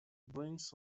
brings